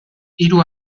hiru